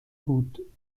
بود